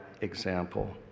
example